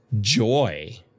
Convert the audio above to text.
joy